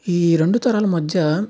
ఈ రెండు తరాల మధ్య